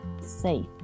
safe